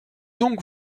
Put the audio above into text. donc